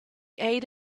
ate